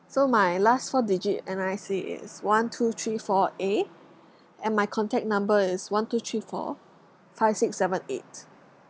so my last four digit N_R_I_C is one two three four A and my contact number is one two three four five six seven eight